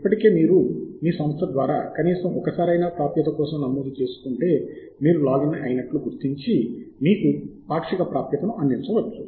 ఇప్పటికే మీరు మీ సంస్థ ద్వారా కనీసం ఒక్కసారైనా ప్రాప్యత కోసం నమోదు చేసుకుంటే మీరు లాగిన్ అయినట్లు గుర్తించి మీకు పాక్షిక ప్రాప్యతను అందించవచ్చు